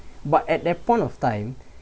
but at that point of time